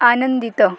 ଆନନ୍ଦିତ